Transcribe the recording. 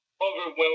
overwhelmed